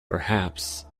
perhaps